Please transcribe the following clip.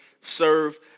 serve